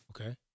Okay